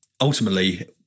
ultimately